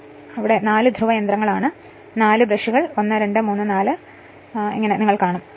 അതിനാൽ നിങ്ങൾ അതിലേക്ക് നോക്കുകയാണെങ്കിൽ ഇത് 4 ധ്രുവ യന്ത്രങ്ങളാണ് അതിനാൽ നിങ്ങൾ 4 ബ്രഷുകൾ 1 2 3 4 കാണും